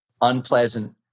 unpleasant